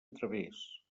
través